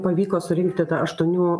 pavyko surinkti tą aštuonių